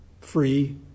free